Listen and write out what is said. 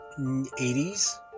80's